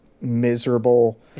miserable